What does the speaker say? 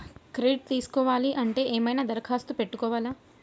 Credit తీసుకోవాలి అంటే ఏమైనా దరఖాస్తు పెట్టుకోవాలా?